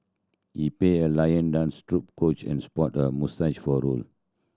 he pay a lion dance troupe coach and sport a moustache for role